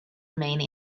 remained